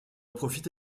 profite